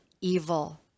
evil